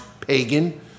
pagan